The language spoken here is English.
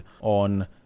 on